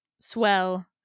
swell